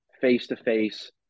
face-to-face